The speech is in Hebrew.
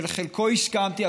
לחלקו הסכמתי,